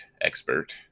expert